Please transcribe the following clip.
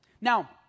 Now